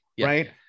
right